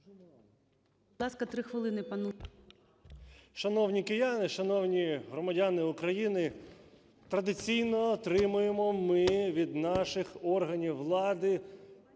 Шановні кияни, шановні громадяни України, традиційно отримуємо ми від наших органів влади